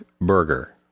burger